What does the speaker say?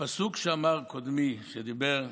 הפסוק שאמר קודמי שדיבר,